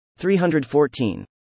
314